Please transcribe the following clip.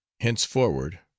henceforward